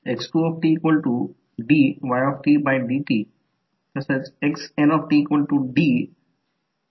तर हे फ्रिक्वेन्सी डोमेनमध्ये आहे येथे फ्रिक्वेन्सी डोमेनमध्ये थोड्या थोड्या प्रमाणात सर्व प्रॉब्लेम्स सोडविले जातील